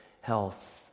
health